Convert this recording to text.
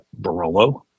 Barolo